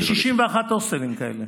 יש 61 הוסטלים כאלה.